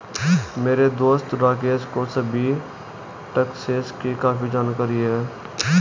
मेरे दोस्त राकेश को सभी टैक्सेस की काफी जानकारी है